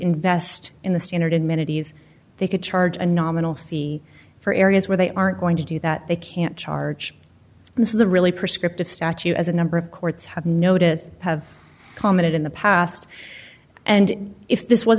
invest in the standard in minute ease they could charge a nominal fee for areas where they aren't going to do that they can't charge and this is a really prescriptive statute as a number of courts have noticed have commented in the past and if this was